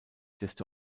desto